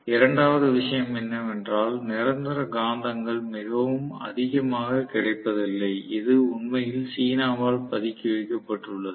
இரண்டாவது விஷயம் என்னவென்றால் நிரந்தர காந்தங்கள் மிகவும் அதிகமாக கிடைப்பதில்லை அது உண்மையில் சீனாவால் பதுக்கி வைக்கப்பட்டுள்ளது